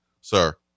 sir